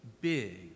big